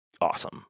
awesome